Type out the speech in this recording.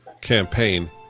campaign